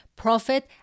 Profit